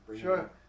sure